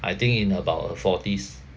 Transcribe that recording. I think in about her forties